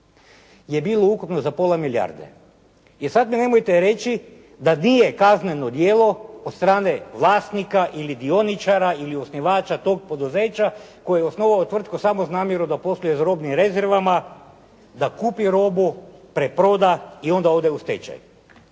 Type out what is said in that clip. je bilo ukupno za pola milijarde. I sad mi nemojte reći da nije kazneno djelo od strane vlasnika ili dioničara ili osnivača tog poduzeća koji je osnovao tvrtku samo uz namjeru da posluje iz robnih rezervama, da kupi robu, preproda i onda ode u stečaj.